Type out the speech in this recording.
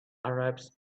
arabs